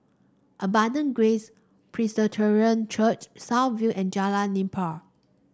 Abundant Grace Presbyterian Church South View and Jalan Nipah